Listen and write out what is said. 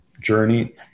journey